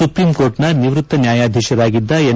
ಸುಪ್ರೀಂಕೋರ್ಟಿನ ನಿವೃತ್ತ ನ್ಯಾಯಾಧೀಶರಾಗಿದ್ದ ಎನ್